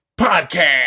podcast